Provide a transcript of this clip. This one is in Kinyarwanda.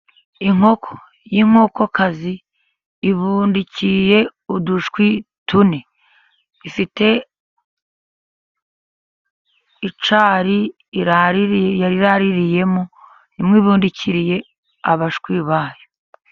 Inkoko y'inkokokazi ibundikiye udushwi tune. Ifite icyari irari yariraririyemo, nimo ibundikiriye abashwi bayo.